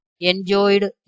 enjoyed